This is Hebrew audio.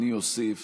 אני מוסיף